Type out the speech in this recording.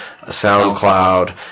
SoundCloud